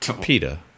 PETA